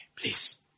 Please